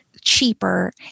cheaper